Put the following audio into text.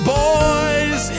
boys